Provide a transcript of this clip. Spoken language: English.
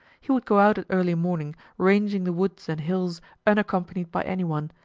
he would go out at early morning, ranging the woods and hills unaccompanied by any one,